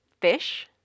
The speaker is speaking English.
fish